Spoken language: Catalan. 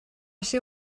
ser